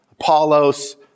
Apollos